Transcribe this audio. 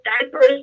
diapers